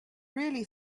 really